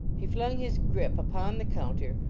he flung his grip upon the counter,